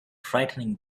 frightening